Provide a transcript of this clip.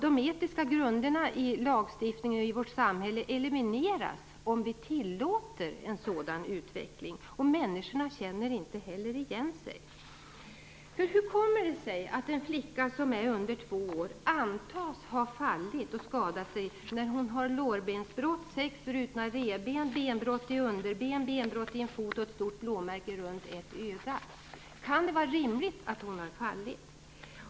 De etiska grunderna i lagstiftningen och i vårt samhälle elimineras om vi tillåter en sådan utveckling, och människorna känner heller inte igen sig. Hur kommer det sig att en flicka som är under två år antas ha fallit och skadat sig när hon har lårbensbrott, sex brutna revben, benbrott i underben, benbrott i en fot och ett stort blåmärke runt ett öga? Kan det vara rimligt att hon har fallit?